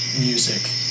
music